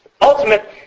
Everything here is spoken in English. ultimate